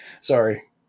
Sorry